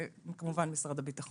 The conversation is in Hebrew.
וכמובן משרד הביטחון.